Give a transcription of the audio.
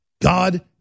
God